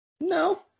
No